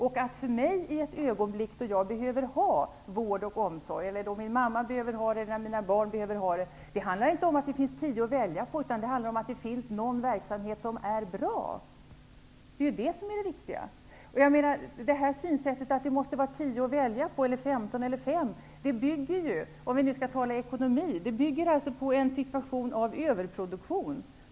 I ett läge då jag, min mamma eller mina barn behöver vård och omsorg handlar det inte om att det skall finnas tio verksamheter att välja mellan. Det handlar om att det skall finnas någon verksamhet som är bra. Det är det viktiga. Om vi skall diskutera detta i ekonomiska termer, bygger synsättet att man skall ha fem, tio eller femton verksamheter att välja mellan på en situation där det finns överproduktion.